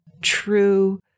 true